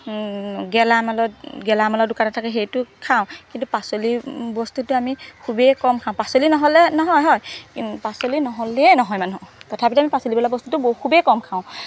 গেলামালত গেলামালৰ দোকানত থাকে সেইটো খাওঁ কিন্তু পাচলি বস্তুটো আমি খুবেই কম খাওঁ পাচলি নহ'লে নহয় হয় পাচলি নহ'লেই নহয় মানুহ তথাপিতো আমি পাচলি বোলা বস্তুটো বহু খুবেই কম খাওঁ